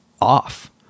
off